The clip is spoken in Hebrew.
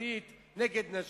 כלכלית נגד נשים.